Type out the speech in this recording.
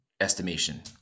estimation